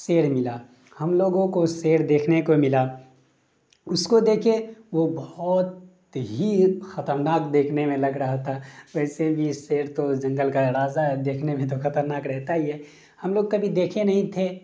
شیر میلا ہم لوگوں کو شیر دیکھنے کو ملا اس کو دیکھیے وہ بہت ہی خطرناک دیکھنے میں لگ رہا تھا ویسے بھی شیر تو جنگل کا راجا ہے دیکھنے میں تو خطرناک رہتا ہی ہے ہم لوگ کبھی دیکھے نہیں تھے